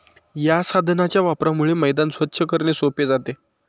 या साधनाच्या वापरामुळे मैदान स्वच्छ करणे सोपे जाते